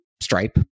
Stripe